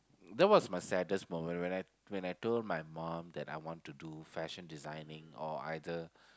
that was my saddest moment when I when I told my mum that I want to do fashion designing or either